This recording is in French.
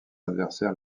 adversaire